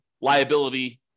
liability